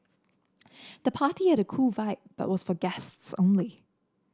the party had a cool vibe but was for guests only